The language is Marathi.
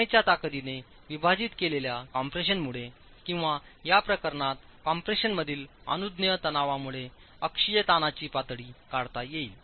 चिनाईच्या ताकदीने विभाजित केलेल्या कॉम्प्रेशनमुळे किंवा या प्रकरणात कॉम्प्रेशनमधील अनुज्ञेय तणावामुळे अक्षीय ताणांची पातळी काढता येईल